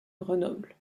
grenoble